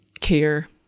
care